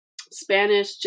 spanish